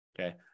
Okay